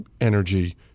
energy